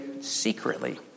secretly